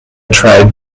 tried